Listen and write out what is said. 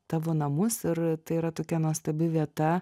tavo namus ir tai yra tokia nuostabi vieta